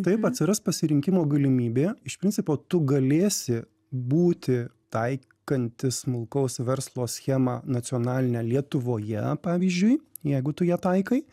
taip atsiras pasirinkimo galimybė iš principo tu galėsi būti taikantis smulkaus verslo schemą nacionalinę lietuvoje pavyzdžiui jeigu tu ją taikai